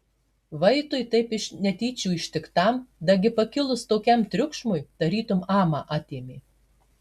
vaitui taip iš netyčių ištiktam dagi pakilus tokiam triukšmui tarytum amą atėmė